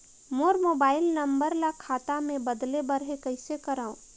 मोर mobile number ल खाता मे बदले बर हे कइसे करव?